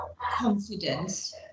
confidence